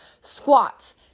squats